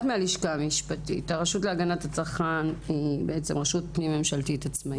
את מהלשכה המשפטית של הרשות להגנת הצרכן שהיא רשות פנים ממשלתית עצמאית.